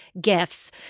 gifts